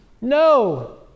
no